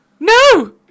No